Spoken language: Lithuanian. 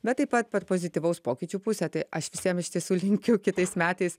bet taip pat per pozityvaus pokyčių pusę tai aš visiem iš tiesų linkiu kitais metais